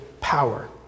power